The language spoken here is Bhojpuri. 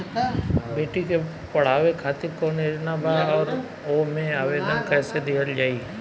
बेटी के पढ़ावें खातिर कौन योजना बा और ओ मे आवेदन कैसे दिहल जायी?